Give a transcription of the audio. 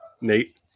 Nate